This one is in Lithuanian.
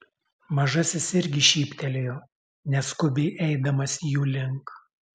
mažasis irgi šyptelėjo neskubiai eidamas jų link